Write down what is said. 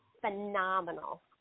phenomenal